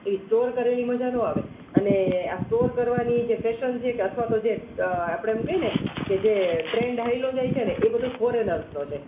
એવી સ્ટોર કરેલી મજા ના આવે અને આ સ્ટોર કરવાની જે ફેશન છે અથવા તો જે આપણે એમ કહીએ ને કે જે ટ્રેન્ડ હાલ્યો જાય છે એ બધો ફોરેનર્સનો છે